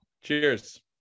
Cheers